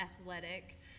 athletic